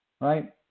right